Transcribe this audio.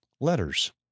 letters